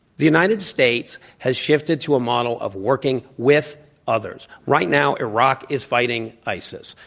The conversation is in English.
the united states has shifted to a model of working with others. right now, iraq is fighting isis.